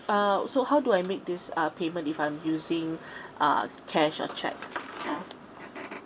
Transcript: uh so how do I make this uh payment if I'm using uh cash or cheque